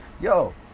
Yo